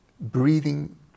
breathing